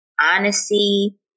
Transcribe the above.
Honesty